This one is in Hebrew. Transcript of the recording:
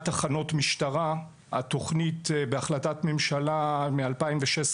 תחנות משטרה: בתוכנית בהחלטת ממשלה משנת 2016,